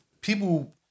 People